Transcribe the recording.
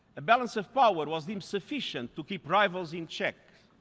a balance of power was deemed sufficient to keep rivals in check.